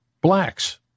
blacks